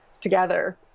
together